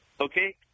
Okay